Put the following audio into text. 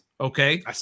okay